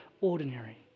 ordinary